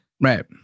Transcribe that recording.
Right